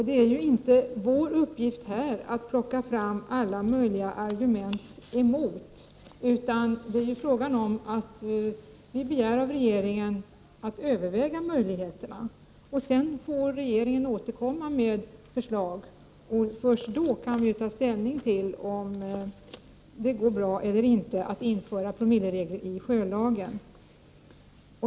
Det är inte vår uppgift i riksdagen att plocka fram alla möjliga argument mot promilleregler till sjöss, utan vi begär att regeringen skall överväga möjligheterna. Sedan får regeringen återkomma med förslag, och först då kan vi ta ställning till om det går bra eller inte att införa promilleregler i sjölagen.